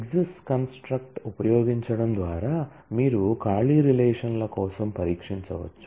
exists construct ఉపయోగించడం ద్వారా మీరు ఖాళీ రిలేషన్ ల కోసం పరీక్షించవచ్చు